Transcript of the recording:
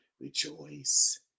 rejoice